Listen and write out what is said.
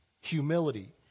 humility